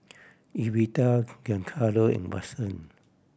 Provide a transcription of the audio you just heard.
Evita Giancarlo and Watson